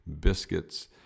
biscuits